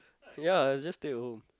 ya just stay at home